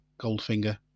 Goldfinger